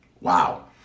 Wow